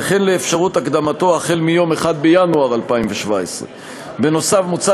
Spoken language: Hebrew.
וכן לאפשרות הקדמתו החל ביום 1 בינואר 2017. נוסף על כך מוצע